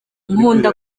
nkunda